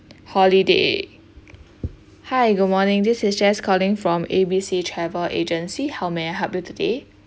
holiday hi good morning this is jess calling from A B C travel agency how may I help you today